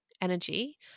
energy